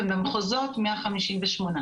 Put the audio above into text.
במחוזות יש 158 מהאוכלוסייה הערבית.